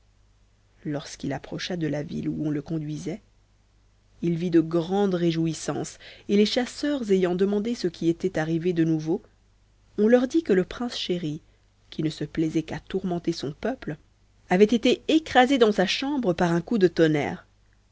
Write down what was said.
lorsqu'il approcha de la ville où on le conduisait il vit de grandes réjouissances et les chasseurs ayant demandé ce qui était arrivé de nouveau on leur dit que le prince chéri qui ne se plaisait qu'à tourmenter son peuple avait été écrasé dans sa chambre par un coup de tonnerre